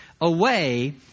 away